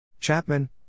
Chapman